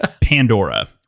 pandora